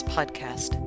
Podcast